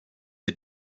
est